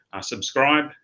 subscribe